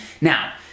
Now